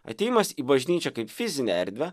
atėjimas į bažnyčią kaip fizinę erdvę